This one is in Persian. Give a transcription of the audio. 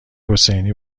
حسینی